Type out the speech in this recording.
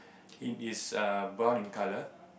it is err brown in colour